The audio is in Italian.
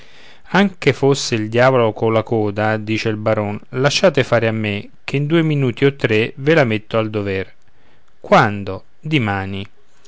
anche fosse il diavol colla coda dice il baron lasciate fare a me che in due minuti o tre ve la metto al dover quando dimani